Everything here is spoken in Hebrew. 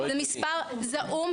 זה מספר זעום,